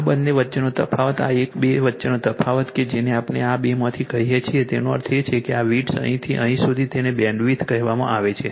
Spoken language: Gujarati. આ બંને વચ્ચેનો તફાવત આ એક આ બે વચ્ચેનો તફાવત કે જેને આપણે આ બેમાંથી કહીએ છીએ તેનો અર્થ એ છે કે આ વિડ્થ અહીંથી અહીં સુધી તેને બેન્ડવિડ્થ કહેવાય છે